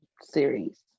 series